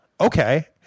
okay